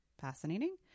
fascinating